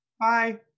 Bye